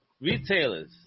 retailers